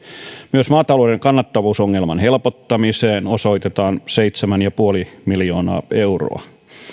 myös maatalouden kannattavuusongelman helpottamiseen osoitetaan seitsemän pilkku viisi miljoonaa euroa